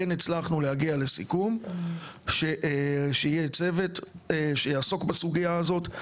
כן הצלחנו להגיע לסיכום שיהיה צוות שיעסוק בסוגייה הזאת,